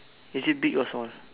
is it big or small